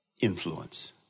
influence